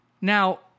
Now